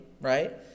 right